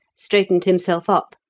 straightened himself up,